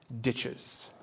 ditches